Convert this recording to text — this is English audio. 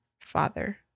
father